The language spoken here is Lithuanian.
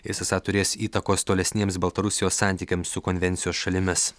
jis esą turės įtakos tolesniems baltarusijos santykiams su konvencijos šalimis